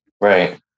Right